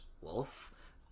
wolf